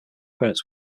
parents